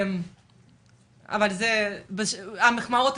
אבל עד כאן המחמאות.